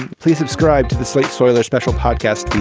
please subscribe to the slate for their special podcast.